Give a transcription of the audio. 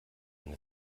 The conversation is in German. eine